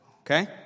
okay